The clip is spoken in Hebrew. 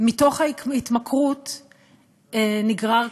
מתוך ההתמכרות נגרר,